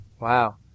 wow